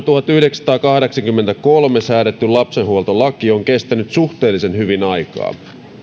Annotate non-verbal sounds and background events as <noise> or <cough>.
<unintelligible> tuhatyhdeksänsataakahdeksankymmentäkolme säädetty lapsenhuoltolaki on kestänyt suhteellisen hyvin aikaa